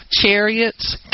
chariots